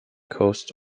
cost